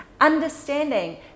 Understanding